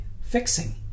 fixing